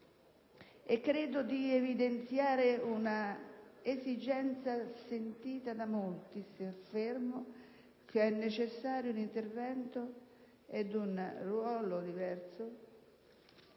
e credo di evidenziare un'esigenza sentita da molti se affermo che sono necessari un intervento e un ruolo diverso